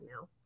now